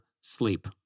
sleep